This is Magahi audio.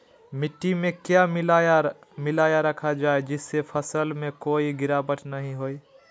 मिट्टी में क्या मिलाया रखा जाए जिससे फसल में कोई गिरावट नहीं होई?